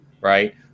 right